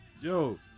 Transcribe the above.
Yo